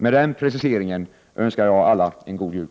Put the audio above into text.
Med den preciseringen önskar jag alla en god jul.